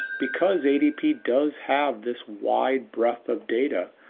because adp does have this wide breath of data,